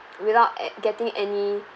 without a~ getting any